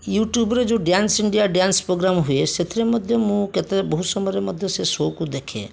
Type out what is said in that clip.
ୟୁଟ୍ୟୁବରେ ଯେଉଁ Dance India Dance programme ହୁଏ ସେଥିରେ ମଧ୍ୟ ମୁଁ କେତେ ବହୁ ସମୟରେ ମଧ୍ୟ ସେ ସୋକୁ ଦେଖେ